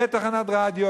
בתחנת רדיו.